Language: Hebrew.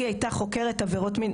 היא הייתה חוקרת עבירות מין.